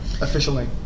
officially